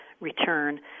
return